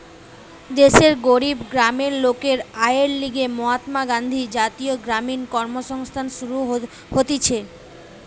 দেশের গরিব গ্রামের লোকের আয়ের লিগে মহাত্মা গান্ধী জাতীয় গ্রামীণ কর্মসংস্থান শুরু হতিছে